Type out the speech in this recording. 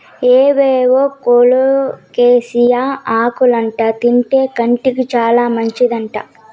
అవేవో కోలోకేసియా ఆకులంట తింటే కంటికి చాలా మంచిదంట